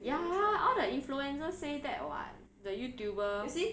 ya all the influencers say that what the youtuber